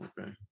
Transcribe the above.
Okay